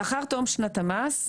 לאחר תום שנת המס,